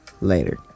later